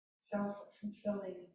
self-fulfilling